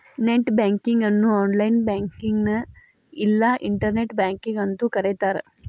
net banking ಅನ್ನು online ಬ್ಯಾಂಕಿಂಗ್ನ ಇಲ್ಲಾ ಇಂಟರ್ನೆಟ್ ಬ್ಯಾಂಕಿಂಗ್ ಅಂತೂ ಕರಿತಾರ